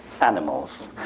animals